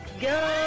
Go